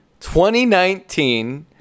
2019